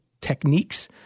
techniques